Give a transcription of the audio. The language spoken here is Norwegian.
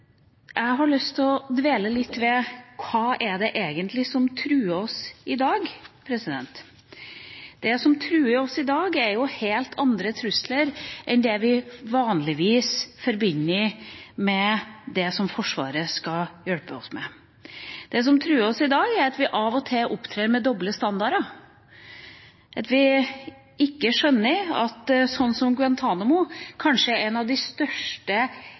jeg har lyst til å dvele litt ved hva det egentlig er som truer oss i dag. Det som truer oss i dag, er jo helt andre ting enn det vi vanligvis forbinder med det som Forsvaret skal hjelpe oss med. Det som truer oss i dag, er at vi av og til opptrer med doble standarder, at vi ikke skjønner at Guantánamo kanskje er et av de største